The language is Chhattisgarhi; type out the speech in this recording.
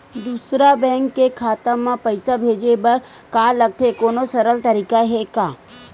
दूसरा बैंक के खाता मा पईसा भेजे बर का लगथे कोनो सरल तरीका हे का?